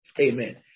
Amen